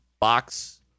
box